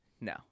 No